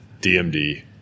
DMD